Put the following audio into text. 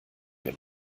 mir